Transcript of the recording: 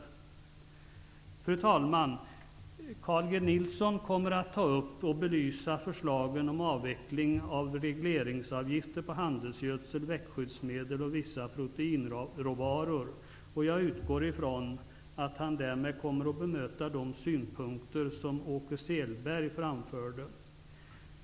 Fru talman! Carl G Nilsson kommer att ta upp och belysa förslagen om avveckling av regleringsavgifter på handelsgödsel, växtskyddsmedel och vissa proteinråvaror. Jag utgår från att han därmed kommer att bemöta de synpunkter som Åke Selberg framförde.